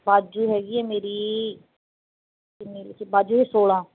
ਬਾਜੂ ਹੈਗੀ ਹੈ ਮੇਰੀ ਕਿੰਨੀ ਲਿਖੀ ਬਾਜੂ ਹੈ ਸੋਲਾਂ